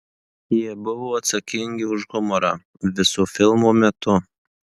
jie buvo atsakingi už humorą viso filmo metu